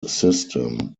system